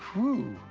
whew.